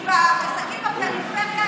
כי בעסקים בפריפריה,